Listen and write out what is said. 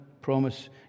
promise